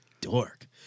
Dork